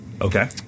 Okay